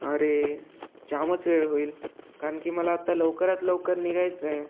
अरे जामच वेळ होईल कारण की मला आता लवकरात लवकर निघायचं आहे